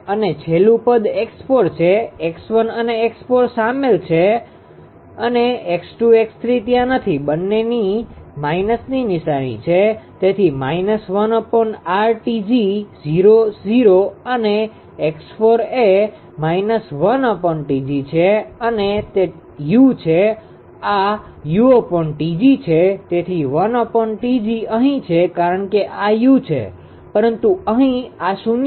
અને છેલ્લું પદ 𝑥4 છે 𝑥1 અને 𝑥4 સામેલ છે અને 𝑥2 𝑥3 ત્યાં નથી બંનેની માઈનસની નિશાની છે તેથી −1𝑅𝑇𝑔 0 0 અને 𝑥4 એ −1𝑇𝑔 છે અને તે u છે આ છે તેથી અહી છે કારણ કે આ u છે પરંતુ અહી આ શૂન્ય છે